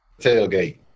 tailgate